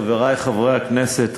חברי חברי הכנסת,